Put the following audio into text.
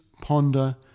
ponder